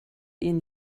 ihn